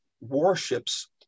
warships